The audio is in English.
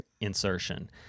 insertion